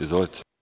Izvolite.